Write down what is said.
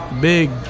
big